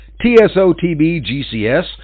TSOTBGCS